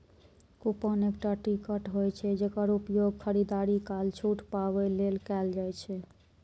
coupon एकटा ticket होइ छै, जेकर उपयोग खरीदारी काल छूट पाबै लेल कैल जाइ छै